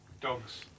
Dogs